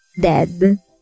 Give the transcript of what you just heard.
dead